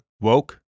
Woke